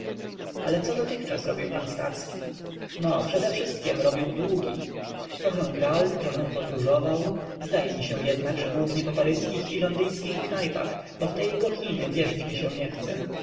ale co dotychczas robił pan starski no przedewszystkiem robił długi trochę grał trochę podróżował zdaje mi się jednak że głównie po paryskich i londyńskich knajpach bo w te jego chiny wierzyć mi się nie chce